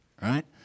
right